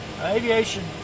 Aviation